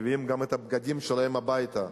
מביאים גם את הבגדים שלהם הביתה,